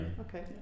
Okay